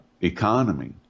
economy